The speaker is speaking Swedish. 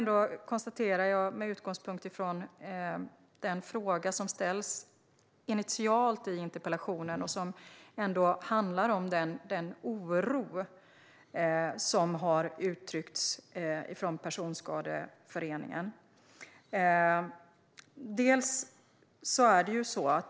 Den fråga som tas upp initialt i interpellationen handlar om den oro som har uttryckts från Personskadeföreningen.